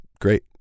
great